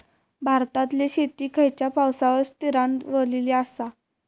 भारतातले शेती खयच्या पावसावर स्थिरावलेली आसा?